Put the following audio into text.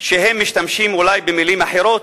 שהם משתמשים אולי במלים אחרות,